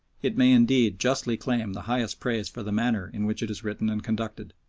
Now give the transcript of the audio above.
it may indeed justly claim the highest praise for the manner in which it is written and conducted.